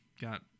got